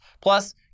Plus